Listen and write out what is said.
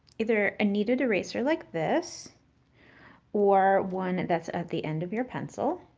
either a kneaded eraser like this or one that's at the end of your pencil,